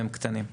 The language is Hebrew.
הם קטנים.